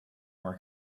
more